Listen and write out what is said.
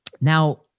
Now